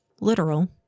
literal